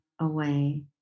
away